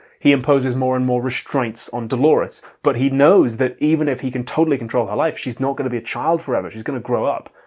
he imposes more and more restraints on dolores but he knows that even if he can totally control her life she's not gonna be a child forever, she's gonna grow up.